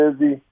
busy